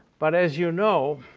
but as you know,